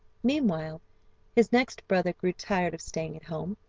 meanwhile his next brother grew tired of staying at home,